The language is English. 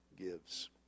gives